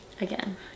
Again